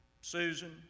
Susan